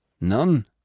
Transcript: None